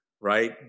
right